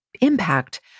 impact